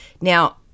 Now